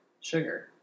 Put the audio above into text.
Sugar